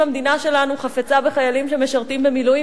המדינה שלנו חפצה בחיילים שמשרתים במילואים,